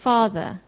Father